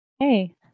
Hey